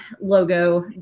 logo